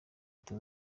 leta